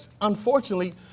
unfortunately